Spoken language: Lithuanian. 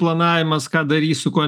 planavimas ką darysiu ko